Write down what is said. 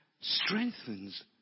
strengthens